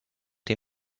den